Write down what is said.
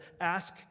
ask